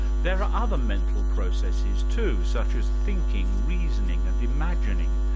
there are other mental processes too, such as thinking, reasoning and imagining,